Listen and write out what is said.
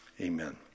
Amen